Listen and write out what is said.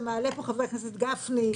שמעלה פה חבר הכנסת גפני,